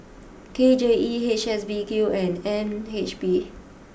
K J E H S B Q and N H B